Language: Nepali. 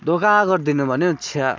धोका गरिदिनु भयो नि हौ छ्या